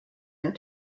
and